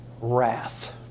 wrath